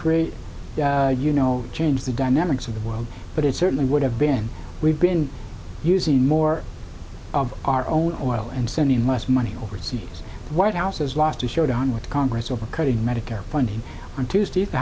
great you know change the dynamics of the world but it certainly would have been we've been using more of our own oil and sending less money overseas white house has lost a showdown with congress over cutting medicare funding on tuesday